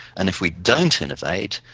and if we don't innovate,